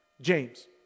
James